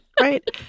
right